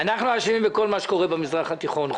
אנחנו אשמים בכל מה שקורה במזרח התיכון,